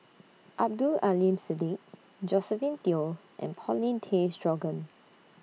Abdul Aleem Siddique Josephine Teo and Paulin Tay Straughan